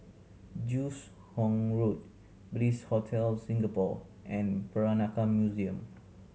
Joos Hong Road Bliss Hotel Singapore and Peranakan Museum